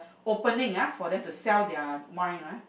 opening ah for them to sell their wine ah